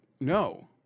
no